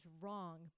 wrong